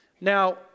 Now